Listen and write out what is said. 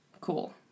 Cool